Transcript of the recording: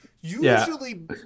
Usually